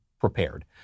prepared